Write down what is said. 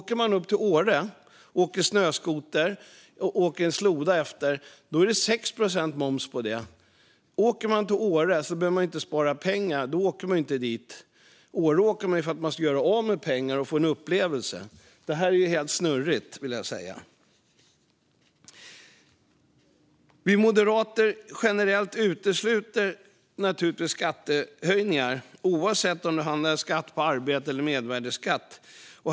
Om man besöker Åre och kör snöskoter med en sloda efter är momsen 6 procent. Men om man åker till Åre är det ju inte för att spara pengar utan för att göra av med pengar och få en upplevelse! Det är ju helt snurrigt! Vi moderater utesluter naturligtvis skattehöjningar oavsett om det gäller skatt på arbete eller mervärdesskatt.